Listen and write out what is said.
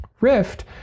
Rift